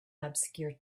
obscure